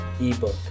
eBook